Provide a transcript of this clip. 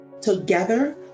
Together